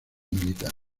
militar